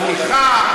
התמיכה,